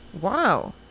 wow